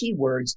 keywords